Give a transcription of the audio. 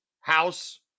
House